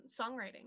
songwriting